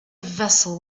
vessel